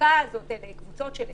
החלוקה הזאת לקבוצות של 20-20-20,